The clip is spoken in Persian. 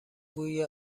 بوی